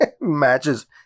matches